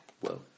Whoa